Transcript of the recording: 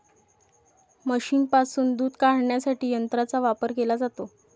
म्हशींपासून दूध काढण्यासाठी यंत्रांचा वापर केला जातो